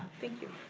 thank you.